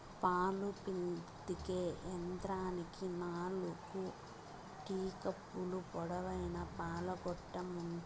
పాలు పితికే యంత్రానికి నాలుకు టీట్ కప్పులు, పొడవైన పాల గొట్టం ఉంటాది